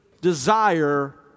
desire